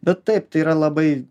bet taip tai yra labai